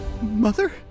Mother